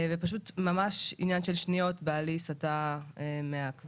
פשוט ממש עניין של שניות בעלי סטה מהכביש,